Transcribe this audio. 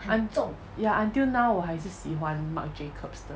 un~ ya until now 我还是喜欢 marc jacobs 的